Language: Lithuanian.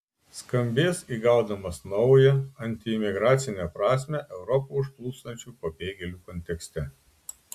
skambės įgaudamas naują antiimigracinę prasmę europą užplūstančių pabėgėlių kontekste